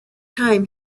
time